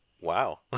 wow